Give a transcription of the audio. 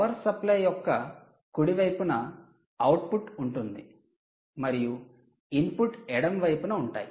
power supply యొక్క కుడి వైపున అవుట్పుట్ ఉంటుంది మరియు ఇన్పుట్లు ఎడమ వైపున ఉంటాయి